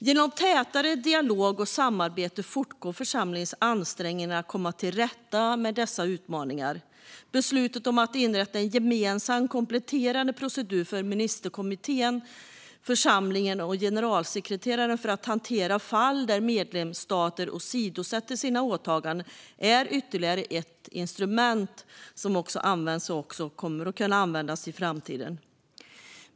Genom tätare dialog och samarbete fortgår församlingens ansträngningar för att komma till rätta med dessa utmaningar. Beslutet om att inrätta en gemensam kompletterande procedur för ministerkommittén, församlingen och generalsekreteraren för att hantera fall där medlemsstater åsidosätter sina åtaganden är ytterligare ett instrument som används och kommer att kunna användas i framtiden.